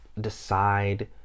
decide